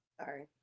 Sorry